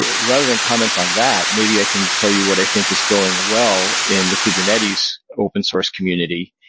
rather than comment on that, maybe i can tell you what i think is going well in the kubernetes open source community.